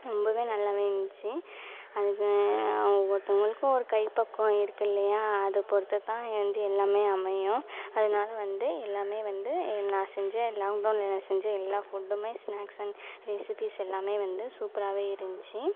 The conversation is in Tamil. ரொம்ப நல்லா இருந்துச்சு அது ஒவ்வொருத்தவங்களுக்கும் ஒரு கைப்பக்குவம் இருக்கு இல்லையா அதை பொருத்துத்தான் வந்து எல்லாம் அமையும் அதனால வந்து எல்லாம் வந்து நான் செஞ்ச லாக்டவுனில் நான் செஞ்ச எல்லா ஃபுட்டுமே ஸ்நாக்ஸ் அண்ட் ரெசிபீஸ் எல்லாம் வந்து சூப்பராகவே இருந்துச்சு